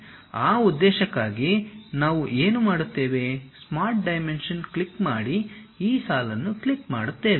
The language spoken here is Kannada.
ಆ ಉದ್ದೇಶಕ್ಕಾಗಿ ನಾವು ಏನು ಮಾಡುತ್ತೇವೆ ಸ್ಮಾರ್ಟ್ ಡೈಮೆನ್ಷನ್ ಕ್ಲಿಕ್ ಮಾಡಿ ಈ ಸಾಲನ್ನು ಕ್ಲಿಕ್ ಮಾಡುತ್ತೇವೆ